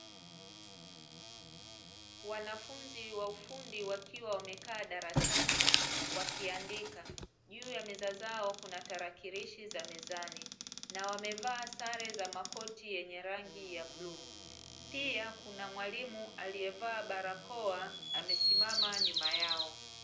Wanafunzi wa ufundi wakiwa wamekaa darsani wakiandika. Juu ya meza zao kuna tarakirishi za mezani na wamevaa zare za makoti yenye rangi ya bluu, pia kuna mwalimu aliyevaa barakoa amesimama nyuma yao.